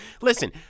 Listen